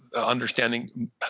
understanding